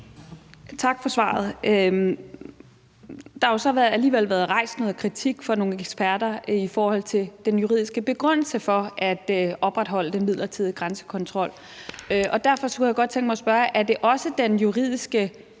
Tak for svaret. Der har jo så alligevel været rejst noget kritik fra nogle eksperter i forhold til den juridiske begrundelse for at opretholde den midlertidige grænsekontrol, og derfor kunne jeg godt tænke mig at spørge, om det også er den juridiske